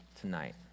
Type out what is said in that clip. tonight